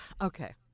okay